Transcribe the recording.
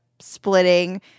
splitting